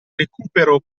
recupero